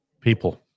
people